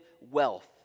wealth